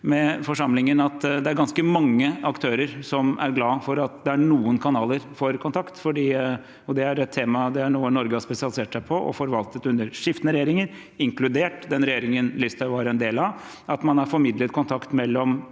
Det er ganske mange aktører som er glade for at det er noen kanaler for kontakt. Det er noe Norge har spesialisert seg på og forvaltet under skiftende regjeringer, inkludert den regjeringen Listhaug var en del av – man har formidlet kontakt mellom